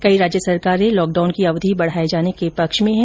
कई राज्य सरकारें लॉकडाउन की अवधि बढाए जाने के पक्ष में है